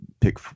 pick